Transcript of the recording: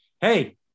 Hey